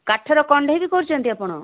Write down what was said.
କାଠ ର କଣ୍ଢେଇ ବି କରୁଛନ୍ତି ଆପଣ